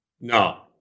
No